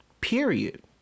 Period